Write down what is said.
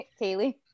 kaylee